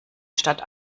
statt